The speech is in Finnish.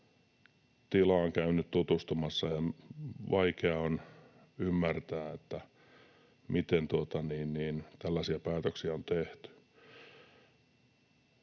tilaan käynyt tutustumassa, ja vaikea on ymmärtää, miten tällaisia päätöksiä on tehty.